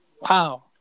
Wow